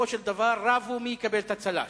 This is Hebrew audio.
ובסופו של דבר רבו מי יקבל את הצל"ש.